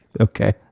Okay